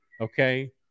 okay